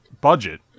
budget